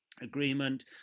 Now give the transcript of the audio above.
agreement